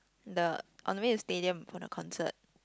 the on the way to stadium for the concert